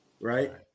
right